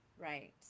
Right